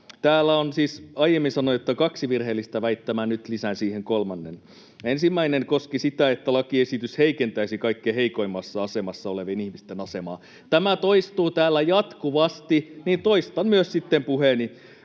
toistetaan. Siis aiemmin sanoin, että täällä on kaksi virheellistä väittämää. Nyt lisään siihen kolmannen. Ensimmäinen koski sitä, että lakiesitys heikentäisi kaikkein heikoimmassa asemassa olevien ihmisten asemaa. Kun tämä toistuu täällä jatkuvasti, niin toistan myös sitten puheeni.